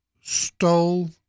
stole